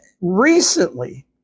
recently